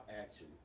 action